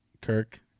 Kirk